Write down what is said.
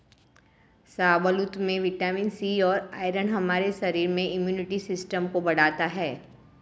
शाहबलूत में vitamin C और आयरन हमारे शरीर में इम्युनिटी सिस्टम को बढ़ता है